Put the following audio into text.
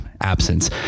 absence